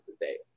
today